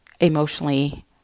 emotionally